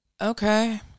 okay